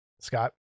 Scott